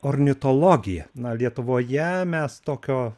ornitologija na lietuvoje mes tokio